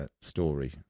story